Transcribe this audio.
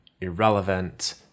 irrelevant